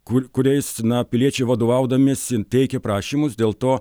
kur kuriais na piliečiai vadovaudamiesi teikė prašymus dėl to